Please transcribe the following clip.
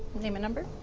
name and number,